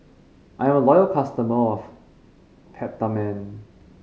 I'm a loyal customer of Peptamen